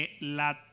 La